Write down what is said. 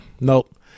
Nope